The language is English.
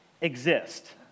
exist